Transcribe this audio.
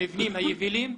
המבנים היבילים,